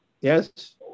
yes